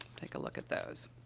take a look at those.